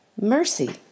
Mercy